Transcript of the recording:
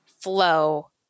flow